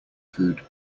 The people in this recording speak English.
food